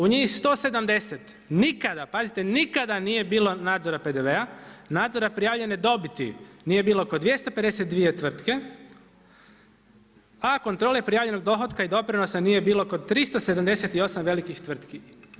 U njih 170 nikada“, pazite nikada „nije bilo nadzora PDV-a, nadzora prijavljene dobiti nije bilo kod 252 tvrtke a kontrole prijavljenog dohotka i doprinosa nije bilo kod 378 velikih tvrtki“